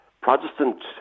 Protestant